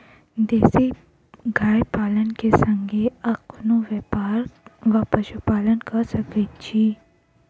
देसी गाय पालन केँ संगे आ कोनों व्यापार वा पशुपालन कऽ सकैत छी?